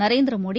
Narendra Modi